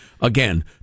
Again